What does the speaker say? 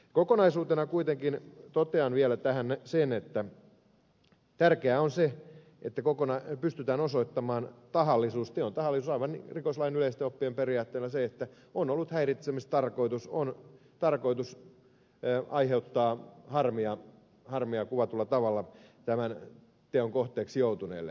kokonaisuutena kuitenkin totean vielä tähän sen että tärkeää on se että pystytään osoittamaan teon tahallisuus aivan rikoslain yleisten oppien periaatteella se että on ollut häiritsemistarkoitus on tarkoitus aiheuttaa harmia kuvatulla tavalla tämän teon kohteeksi joutuneelle